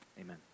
amen